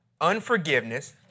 Unforgiveness